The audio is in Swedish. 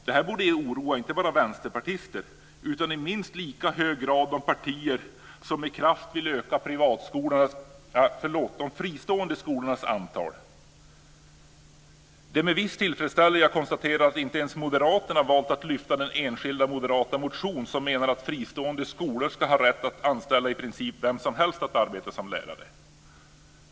Detta borde oroa inte bara vänsterpartister utan i minst lika hög grad de partier som med kraft vill öka privatskolornas - förlåt, de fristående skolornas - antal. Det är med viss tillfredsställelse jag konstaterar att inte ens moderaterna valt att lyfta den enskilda moderata motionen som menar att fristående skolor ska ha rätt att anställa i princip vem som helst att arbeta som lärare.